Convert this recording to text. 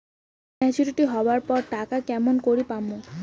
Maturity হবার পর টাকাটা কেমন করি পামু?